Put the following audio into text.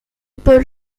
paul